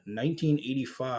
1985